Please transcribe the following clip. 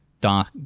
dark